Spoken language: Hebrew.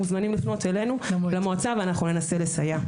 מוזמנים לפנות אלינו למועצה ואנחנו ננסה לסייע.